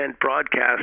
broadcast